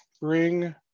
Bring